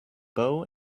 bow